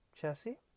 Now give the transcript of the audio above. chassis